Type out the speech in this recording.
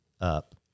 up